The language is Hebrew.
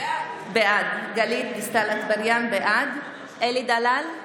בעד אלי דלל,